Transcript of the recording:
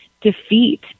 defeat